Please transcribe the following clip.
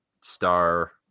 star